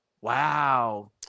Wow